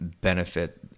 benefit